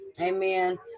Amen